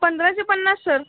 पंधराशे पन्नास सर